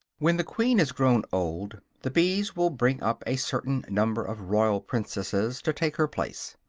when the queen has grown old, the bees will bring up a certain number of royal princesses to take her place.